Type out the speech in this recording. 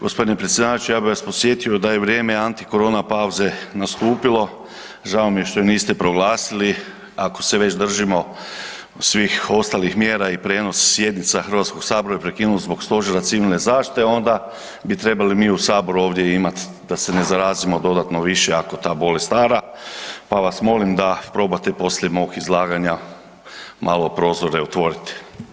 G. predsjedavajući, ja bi vas podsjetio da je vrijeme antikorona pauze nastupilo, žao mi je što je niste proglasili, ako se već držimo svih ostalih mjera i prijenos sjednica Hrvatskog sabora i prekinuli zbog Stožera civilne zaštite, onda bi trebali mi u Saboru ovdje imat da se ne zarazimo dodatno više ako ta bolest hara pa vas molim da probate poslije mog izlaganja malo prozore otvoriti.